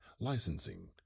licensing